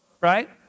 right